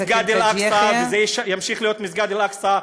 זה מסגד אל-אקצא וזה ימשיך להיות מסגד אל-אקצא.